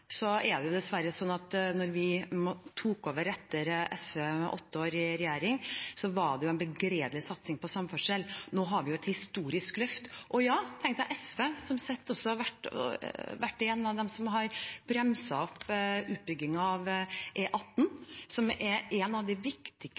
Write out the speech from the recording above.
dessverre sånn at da vi tok over etter SVs åtte år i regjering, var det en begredelig satsing på samferdsel. Nå har vi et historisk løft. SV har vært en av dem som har bremset opp utbyggingen av E18 – som er en av de viktigste eksportveiene ut av Norge, som